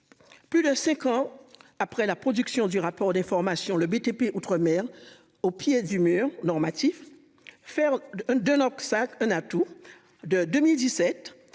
Plus de 5 ans après la production du rapport des formations le BTP outre-mer au pied du mur normatif. Faire de NOx a un atout de 2017